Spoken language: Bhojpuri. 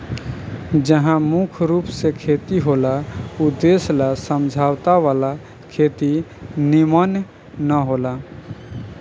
जहा मुख्य रूप से खेती होला ऊ देश ला समझौता वाला खेती निमन न होला